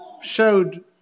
showed